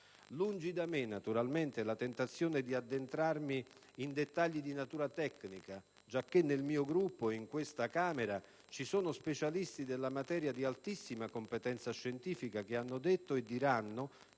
Lungi da me, naturalmente, la tentazione di addentrarmi in dettagli di natura tecnica, giacché nel mio Gruppo e in questa Camera ci sono specialisti della materia di altissima competenza scientifica, che hanno detto e diranno che